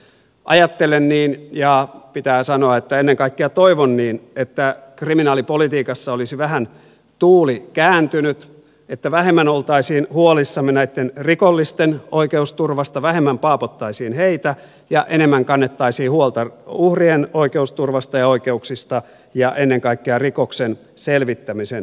ajattelen niin ja pitää sanoa että ennen kaikkea toivon niin että kriminaalipolitiikassa olisi vähän tuuli kääntynyt että vähemmän oltaisiin huolissaan näitten rikollisten oikeusturvasta vähemmän paapottaisiin heitä ja enemmän kannettaisiin huolta uhrien oikeusturvasta ja oikeuksista ja ennen kaikkea rikoksen selvittämisen intressistä